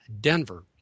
Denver